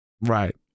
Right